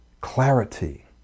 clarity